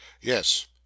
Yes